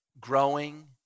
growing